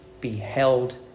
beheld